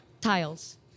tiles